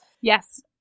Yes